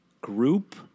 Group